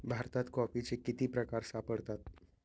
भारतात कॉफीचे किती प्रकार सापडतात?